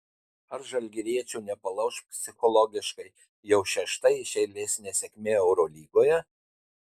ar žalgiriečių nepalauš psichologiškai jau šešta iš eilės nesėkmė eurolygoje